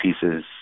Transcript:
pieces